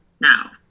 now